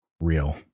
real